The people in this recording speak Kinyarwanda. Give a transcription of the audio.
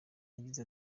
yagize